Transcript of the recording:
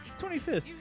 25th